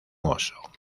oso